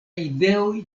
ideoj